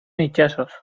itsasoz